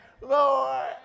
Lord